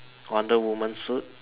Wonderwoman suit